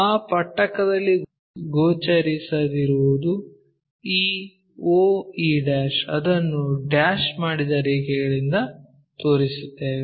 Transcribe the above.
ಆ ಪಟ್ಟಕದಲ್ಲಿ ಗೋಚರಿಸದಿರುವುದು ಈ o e ಅದನ್ನು ಡ್ಯಾಶ್ ಮಾಡಿದ ರೇಖೆಗಳಿಂದ ತೋರಿಸುತ್ತೇವೆ